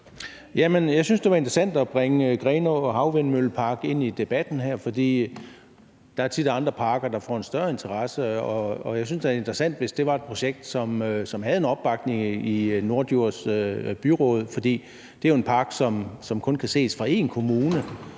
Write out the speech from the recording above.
Jeg synes, det var interessant at bringe Grenaa og en havvindmøllepark der ind i debatten her, for der er tit andre parker, der får en større interesse. Og jeg synes da, det var interessant, hvis det var et projekt, som havde en opbakning i Norddjurs Byråd, for det er jo en park, som kun kan ses fra én kommune.